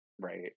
right